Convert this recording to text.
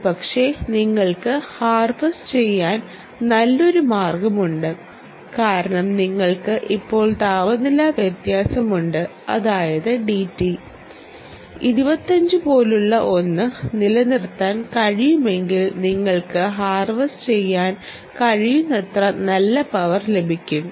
ഒരുപക്ഷേ നിങ്ങൾക്ക് ഹാർവെസ്റ്റ് ചെയ്യാൻ നല്ലൊരു മാർഗ്ഗമുണ്ട് കാരണം നിങ്ങൾക്ക് ഇപ്പോൾ താപനില വ്യത്യാസമുണ്ട് അതായത് 25 പോലുള്ള ഒന്ന് നിലനിർത്താൻ കഴിയുമെങ്കിൽ നിങ്ങൾക്ക് ഹാർവെസ്റ്റ് ചെയ്യാൻ കഴിയുന്നത്ര നല്ല പവർ ലഭിക്കും